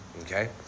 Okay